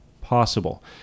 possible